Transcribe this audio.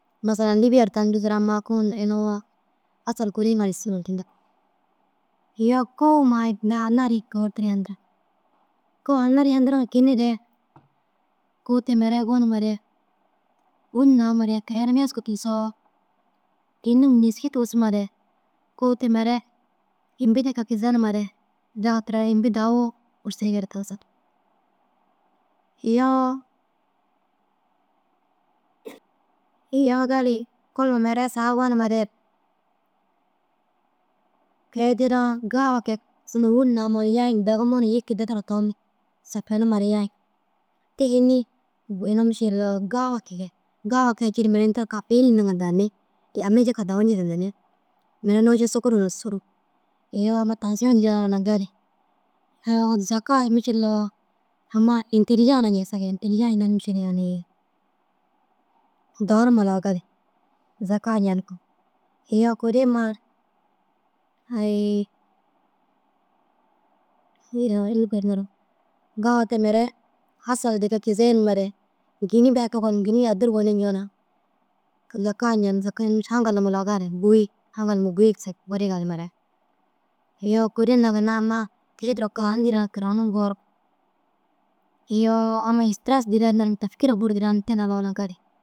Masalan Lîbiya tan dudur amma kôwu numoo asal kurii ŋa ru suljindig. Iyoo kôu ma tinda hanna ri kigirtir yendirig. Kôwu hanna ru yendiriŋa kinnire kôwu te mire gonumare wîni naamare keyenum yesku tigisoo kînim nêski tigisimare kôwu te mire imbi deki kizenimare zaga tira ru imbi dahu u urusige na tigisig. Iyoo iyoo gali kurum mire saga gonumare keyedira gawa kee kisim wîna namare yayigi dagumoo na îyi kide duro tom sefenimare yayig. Te înni unu mîšil lu gawa kegee gawa kegee cii ru mire unu tira kabil indiŋa danii yame jika dahu njizandini. Mire nôwiše šukuru na sûri iyoo amma tãsiyoo dîra na gali zaka ai mîšil lu etelija na njigisig etelija undoo mîšil li yaanii dahu numa lau gali zaka njenig. Iyoo kurii ma ayii iyoo iyoo înni kurii nirig gawa te mire hasalu deke kizeyimare gîni berke goni gîni adir goni njonoo zaka njeni aãgal numa lau gali gîyig bur gali mere. Iyoo kurii na ginna amma kiši duro karranu dira gorug karanu uŋko iyoo amma istiras taskira bur dîra te lau na gali.